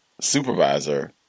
supervisor